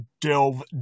delve